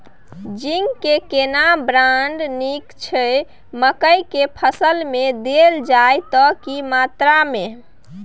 Zinc के केना brand नीक छैय मकई के फसल में देल जाए त की मात्रा में?